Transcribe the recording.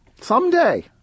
Someday